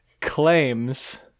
claims